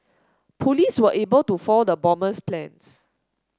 police were able to foil the bomber's plans